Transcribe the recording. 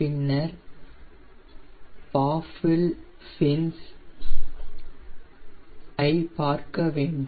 பின்னர் baffle fins ஐ பார்க்க வேண்டும்